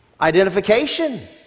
Identification